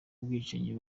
ubwicanyi